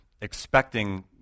expecting